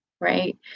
right